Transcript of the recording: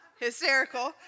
hysterical